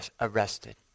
arrested